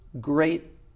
great